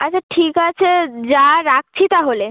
আচ্ছা ঠিক আছে যা রাখছি তাহলে